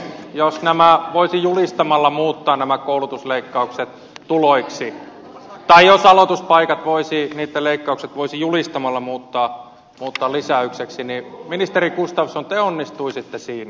jos voisi julistamalla muuttaa nämä koulutusleikkaukset tuloiksi tai aloituspaikkojen leikkaukset voisi julistamalla muuttaa mutta lisäykseksi lisäyksiksi ministeri gustafsson te onnistuisitte siinä